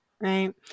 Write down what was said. right